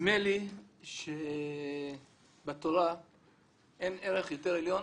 נדמה לי שבתורה אין ערך יותר עליון